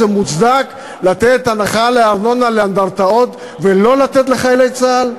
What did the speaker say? זה מוצדק לתת הנחה לארנונה לאנדרטאות ולא לתת לחיילי צה"ל?